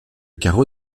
carreau